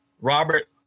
Robert